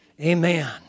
Amen